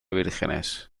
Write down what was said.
vírgenes